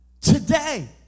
today